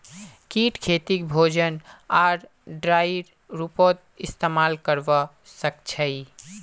कीट खेतीक भोजन आर डाईर रूपत इस्तेमाल करवा सक्छई